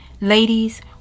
Ladies